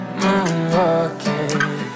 moonwalking